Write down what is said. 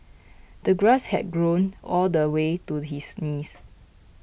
the grass had grown all the way to his knees